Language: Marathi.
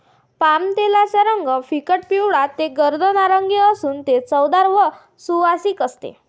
पामतेलाचा रंग फिकट पिवळा ते गर्द नारिंगी असून ते चवदार व सुवासिक असते